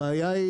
הבעיה היא